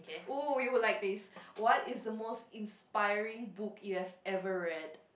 oh you would like this what is the most inspiring book you have ever read